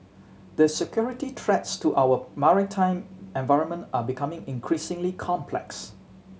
the security threats to our maritime environment are becoming increasingly complex